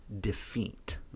defeat